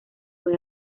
fue